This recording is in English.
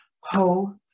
Ho